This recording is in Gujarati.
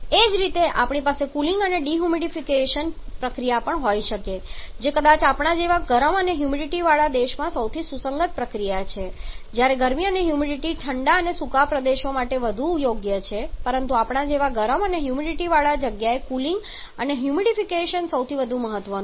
એ જ રીતે આપણી પાસે કુલિંગ અને ડિહ્યુમિડિફિકેશન પ્રક્રિયા પણ હોઈ શકે છે જે કદાચ આપણા જેવા ગરમ અને હ્યુમિડિટીવાળા દેશમાં સૌથી સુસંગત પ્રક્રિયા છે જ્યારે ગરમી અને હ્યુમિડિટી ઠંડા અને સૂકા દેશો માટે વધુ યોગ્ય છે પરંતુ આપણા જેવા ગરમ અને હ્યુમિડિટીવાળી જગ્યાએ કુલિંગ અને હ્યુમિડિફિકેશન સૌથી વધુ મહત્વ નું છે